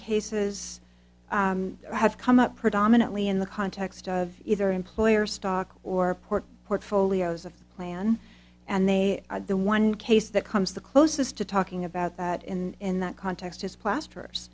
cases have come up predominantly in the context of either employer stock or port portfolios of plan and they are the one case that comes the closest to talking about that in that context as plasters